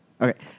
Okay